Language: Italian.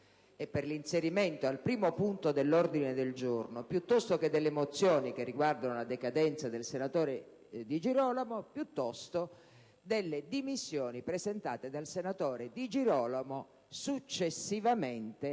e per l'inserimento al primo punto dell'ordine del giorno, piuttosto che delle mozioni che riguardano la decadenza del senatore Di Girolamo, delle dimissioni presentate dal senatore Di Girolamo successivamente